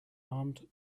armed